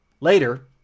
Later